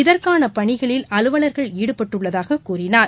இதற்கானபணிகளில் அலுவலர்கள் ஈடுபட்டுள்ளதாககூறினார்